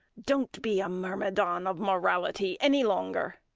don't be a myrmidon of morality any longer.